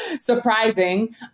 surprising